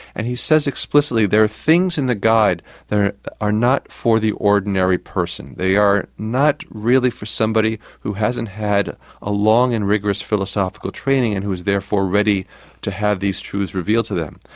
and he says explicitly, there are things in the guide that are not for the ordinary person. they are not really for somebody who hasn't had a long and rigorous philosophical training, and who is therefore ready to have these truths revealed to them.